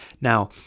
Now